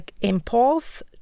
impulse